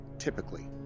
typically